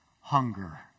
hunger